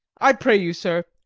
i pray you, sir,